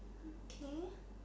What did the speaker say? okay